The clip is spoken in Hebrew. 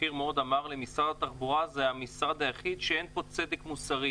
בכיר מאוד אמר לי: משרד התחבורה זה המשרד היחיד שאין בו צודק מוסרי.